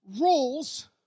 rules